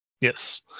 Yes